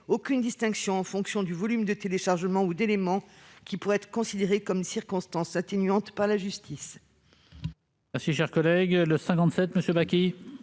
aucune distinction en fonction du volume de téléchargement ou d'éléments qui pourraient être considérés comme des circonstances atténuantes par la justice.